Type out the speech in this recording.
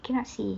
I cannot see